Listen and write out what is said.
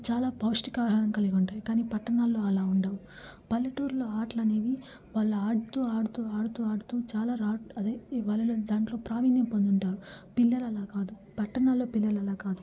చాలా పౌష్టికాహారం కలిగి ఉంటాయి కాని పట్టణాల్లో అలా ఉండవు పల్లెటూరుల్లో ఆటలనేవి వాళ్ళు ఆడుతూ ఆడుతూ ఆడుతూ ఆడుతూ చాలా రాట్ అదే ఈ వలలో దాంట్లో ప్రావీణ్యం పొందుంటారు పిల్లలలా కాదు పట్టణాల్లో పిల్లలలాకాదు